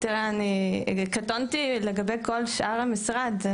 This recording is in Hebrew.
תראה, קטונתי לגבי כל שאר המשרד.